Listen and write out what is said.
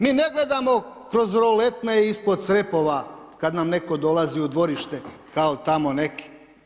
Mi ne gledamo kroz roletne i ispod crjepova kad nam netko dolazi u dvorište kao tamo neki.